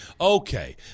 okay